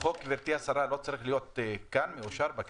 גברתי השרה, חוק לא צריך להיות מאושר כאן בכנסת?